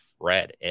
Fred